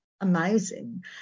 amazing